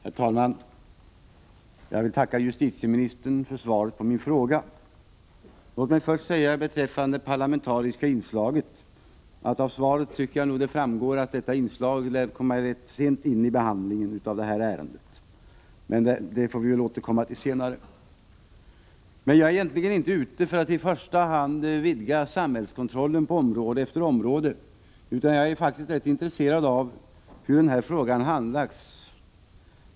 Herr talman! Jag vill tacka justitieministern för svaret på min fråga. Låt mig först säga beträffande det parlamentariska inslaget, att jag tycker att det framgår av svaret att detta inslag lär komma in rätt sent i behandlingen av detta ärende. Den frågan får vi väl återkomma till senare. Jag är egentligen inte ute efter att i första hand vidga samhällskontrollen på område efter område. Jag är faktiskt rätt intresserad av hur den här frågan har handlagts.